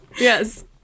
yes